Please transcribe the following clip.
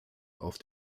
auf